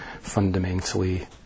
fundamentally